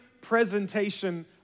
presentation